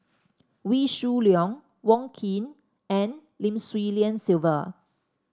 Wee Shoo Leong Wong Keen and Lim Swee Lian Sylvia